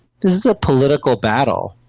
this is a political battle!